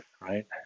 right